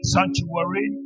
Sanctuary